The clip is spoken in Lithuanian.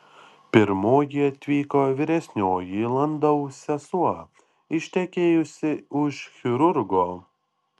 pirmoji atvyko vyresnioji landau sesuo ištekėjusi už chirurgo